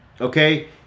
okay